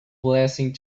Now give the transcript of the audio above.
blessing